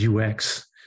UX